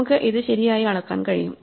നമുക്ക് ഇത് ശരിയായി അളക്കാൻ കഴിയും